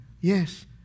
Yes